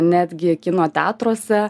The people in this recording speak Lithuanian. netgi kino teatruose